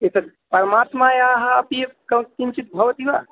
एतत् परमात्मनः अपि कस्य किञ्चित् भवति वा